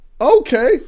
Okay